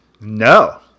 No